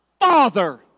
father